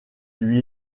lui